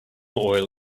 oil